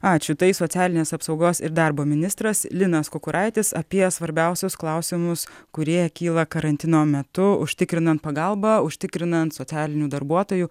ačiū tai socialinės apsaugos ir darbo ministras linas kukuraitis apie svarbiausius klausimus kurie kyla karantino metu užtikrinant pagalbą užtikrinant socialinių darbuotojų